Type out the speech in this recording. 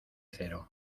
cero